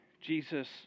Jesus